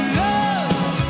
love